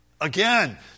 Again